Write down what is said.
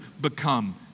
become